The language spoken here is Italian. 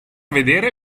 vedere